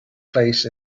place